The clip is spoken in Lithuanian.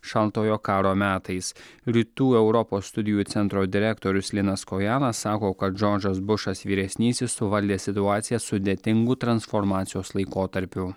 šaltojo karo metais rytų europos studijų centro direktorius linas kojala sako kad džordžas bušas vyresnysis suvaldė situaciją sudėtingų transformacijos laikotarpiu